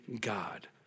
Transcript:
God